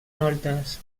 moltes